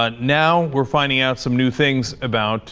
but now we're finding out some new things about